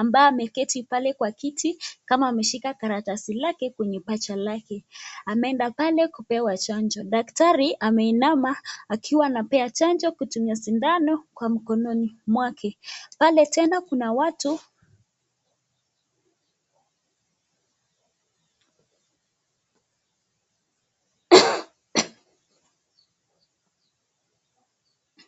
ambaye ameketi pale kwa kiti kama ameshika karatasi lake kwenye paja lake , ameenda pale kupewa chanjo . Daktari ameinama akiwa anapea chanjo kutumia sindano kwa mkononi mwake . Pale tena kuna watu .